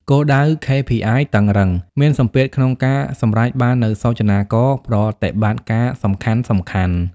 គោលដៅ KPI តឹងរ៉ឹង មានសម្ពាធក្នុងការសម្រេចបាននូវសូចនាករប្រតិបត្តិការសំខាន់ៗ។